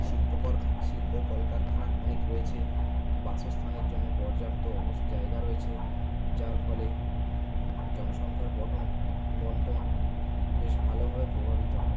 শিল্প করখানা শিল্প কলকারখানা অনেক রয়েছে বাসস্থানের জন্য পর্যাপ্ত জায়গা রয়েছে যার ফলে জনসংখ্যার বণ্টন বেশ ভালোভাবে প্রভাবিত হয়